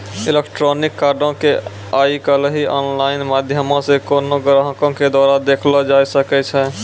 electronic कार्डो के आइ काल्हि आनलाइन माध्यमो से कोनो ग्राहको के द्वारा देखलो जाय सकै छै